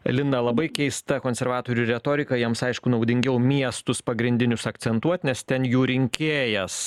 lina labai keista konservatorių retorika jiems aišku naudingiau miestus pagrindinius akcentuot nes ten jų rinkėjas